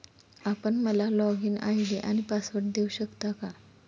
आपण मला login ID आणि पासवर्ड देऊ शकता का?